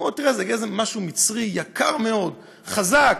הוא אומר לו: תראה, זה גזע מצרי, יקר מאוד, חזק.